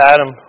Adam